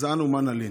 אז אנו, מה נלין?